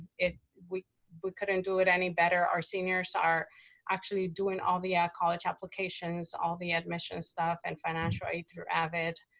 we but couldn't do it any better. our seniors are actually doing all the ah college applications, all the admissions stuff, and financial aid through avid.